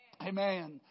Amen